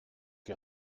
die